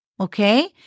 Okay